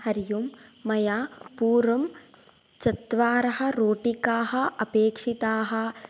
हरि ओं मया पूर्वं चत्वारः रोटिकाः अपेक्षिताः